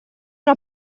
una